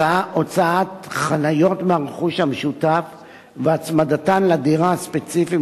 הוצאת חניות מהרכוש המשותף והצמדתן לדירה הספציפית,